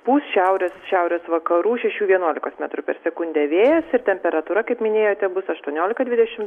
pūs šiaurės šiaurės vakarų šešių vienuolikos metrų per sekundę vėjas ir temperatūra kaip minėjote bus aštuoniolika dvidešim